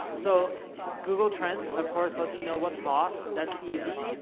so google trends of course, lets you know what's hot that's easy,